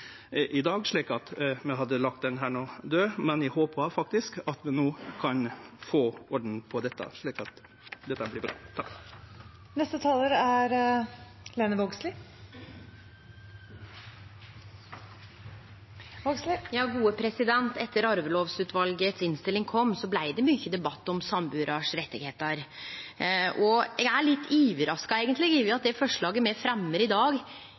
i dag, slik at vi hadde lagt dette dødt. Men eg håpar faktisk at vi no kan få orden på dette – slik at det vert bra. Etter at innstillinga frå Arvelovutvalet kom, blei det mykje debatt om rettane til sambuarar, og eg er eigentleg litt overraska over at det forslaget me fremjar i dag,